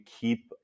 keep